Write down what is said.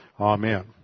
Amen